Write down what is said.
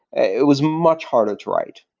it was much harder to write.